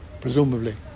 presumably